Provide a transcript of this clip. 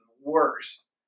worse